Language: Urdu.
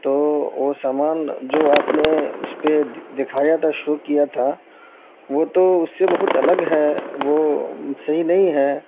تو وہ سامان جو آپ نے اس پہ دکھایا تھا شروع کیا تھا وہ تو اس سے بہت الگ ہے وہ صحیح نہیں ہے